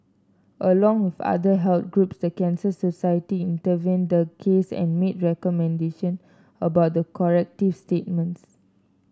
along with other health groups the Cancer Society intervened the case and made recommendation about the corrective statements